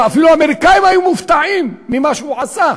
אפילו האמריקנים היו מופתעים ממה שהוא עשה.